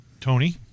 Tony